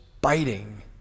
biting